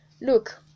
Look